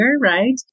right